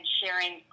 sharing